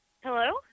Hello